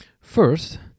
First